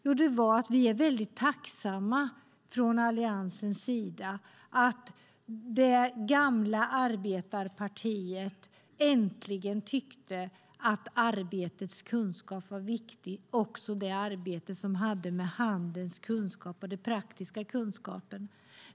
Jo, det är att vi är väldigt tacksamma från Alliansens sida för att det gamla arbetarpartiet äntligen tyckte att arbetets kunskap är viktig, också det arbete som har med handens kunskap och den praktiska kunskapen att göra.